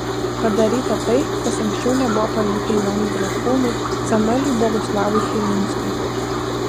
padaryta tai kas anksčiau nebuvo pavykę jonui bretkūnui samueliui boguslavui chilinskiui